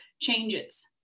changes